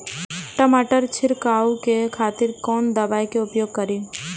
टमाटर छीरकाउ के खातिर कोन दवाई के उपयोग करी?